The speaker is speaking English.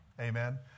Amen